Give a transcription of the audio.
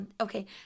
okay